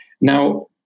now